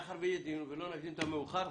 מאחר שיהיה דיון ולא נקדים את המאוחר,